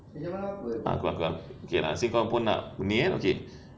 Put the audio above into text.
okay lah actually pun kau pun nak ni eh